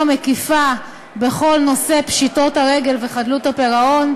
מקיפה בכל נושא פשיטות הרגל וחדלות הפירעון,